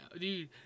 Dude